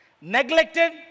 neglected